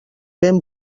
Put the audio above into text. vent